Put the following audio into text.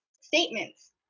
statements